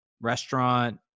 restaurant